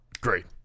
Great